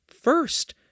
first